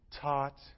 taught